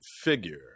figure